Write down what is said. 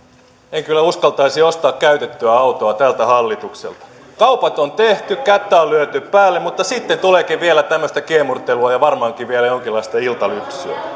en kyllä uskaltaisi ostaa käytettyä autoa tältä hallitukselta kaupat on tehty kättä on lyöty päälle mutta sitten tuleekin vielä tämmöistä kiemurtelua ja varmaankin vielä jonkinlaista iltalypsyä